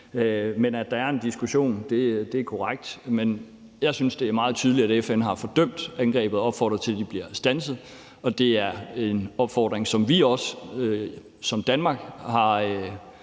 ting. At der er en diskussion, er korrekt, men jeg synes, det er meget tydeligt, at FN har fordømt angrebene, og at man har opfordret til, at de bliver standset. Det er en opfordring, som vi også som Danmark har